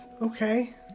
okay